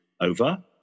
over